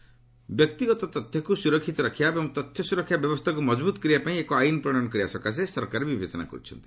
data protection ବ୍ୟକ୍ତିଗତ ତଥ୍ୟକୁ ସୁରକ୍ଷିତ ରଖିବା ଏବଂ ତଥ୍ୟ ସୁରକ୍ଷା ବ୍ୟବସ୍ଥାକୁ ମଜବୁତ୍ କରିବାପାଇଁ ଏକ ଆଇନ ପ୍ରଣୟନ କରିବା ସକାଶେ ସରକାର ବିବେଚନା କରୁଛନ୍ତି